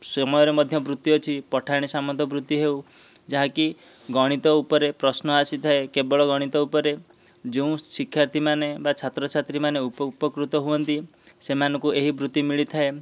ସମୟରେ ମଧ୍ୟ ବୃତ୍ତି ଅଛି ପଠାଣିସାମନ୍ତ ବୃତ୍ତି ହେଉ ଯାହାକି ଗଣିତ ଉପରେ ପ୍ରଶ୍ନ ଆସିଥାଏ କେବଳ ଗଣିତ ଉପରେ ଯେଉଁ ଶିକ୍ଷାର୍ଥୀମାନେ ବା ଛାତ୍ରଛାତ୍ରୀମାନେ ଉପକୃତ ହୁଅନ୍ତି ସେମାନଙ୍କୁ ଏହି ବୃତ୍ତି ମିଳିଥାଏ